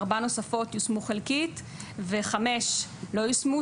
ארבעה נוספות יושמו חלקית וחמש לא יושמו,